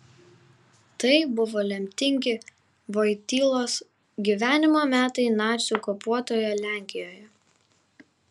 tai buvo lemtingi vojtylos gyvenimo metai nacių okupuotoje lenkijoje